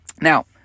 Now